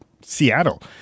Seattle